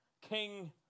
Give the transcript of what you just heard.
King